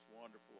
wonderful